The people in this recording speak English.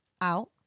out